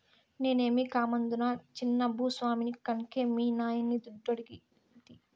నేనేమీ కామందునా చిన్న భూ స్వామిని కన్కే మీ నాయన్ని దుడ్డు అడిగేది